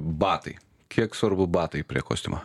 batai kiek svarbu batai prie kostiumo